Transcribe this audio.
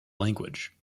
language